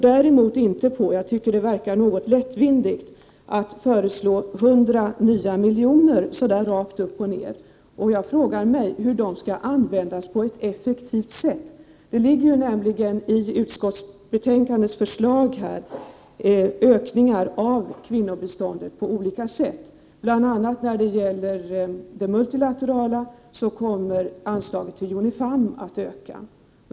Däremot tycker jag att det verkar litet lättvindigt att föreslå 100 nya miljoner, så där rakt upp och ner. Jag frågar mig hur de skall användas på ett effektivt sätt. I utskottsbetänkandets förslag ingår nämligen ökningar av kvinnobiståndet på olika sätt. När det gäller det multilaterala kommer t.ex. anslaget till Unifam att öka.